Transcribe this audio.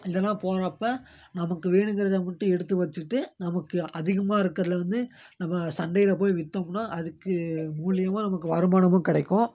இதெல்லாம் போடுறப்ப நமக்கு வேணுங்கிறத மட்டும் எடுத்து வச்சுகிட்டு நமக்கு அதிகமாக இருக்கிறதுல வந்து நம்ம சந்தையில் போய் வித்தோம்னா அதுக்கு மூலியமாக நமக்கு வருமானமும் கிடைக்கும்